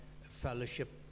fellowship